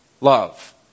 love